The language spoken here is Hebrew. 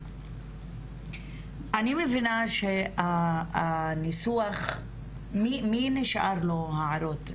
אני מבינה שהניסוח, מי נשאר לו הערות?